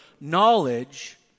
knowledge